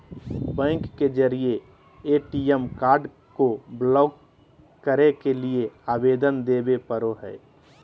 bank के जरिए ATM card को ब्लॉक करे के लिए आवेदन देबे पड़ो हइ